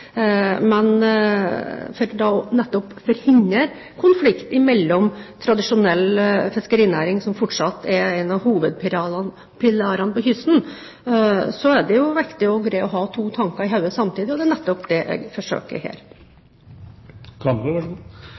Men for nettopp å forhindre konflikt med tradisjonell fiskerinæring, som fortsatt er en av hovedpilarene langs kysten, er det viktig å greie å ha to tanker i hodet samtidig, og det er nettopp det jeg forsøker her.